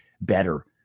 better